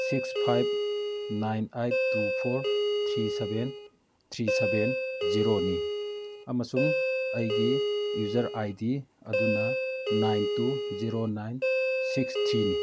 six five nine eight two four three seven three seven ꯖꯦꯔꯣꯅꯤ ꯑꯃꯁꯨꯡ ꯑꯩꯒꯤ user I D ꯑꯗꯨꯅ nine two zero nine six ꯊ꯭ꯔꯤꯅꯤ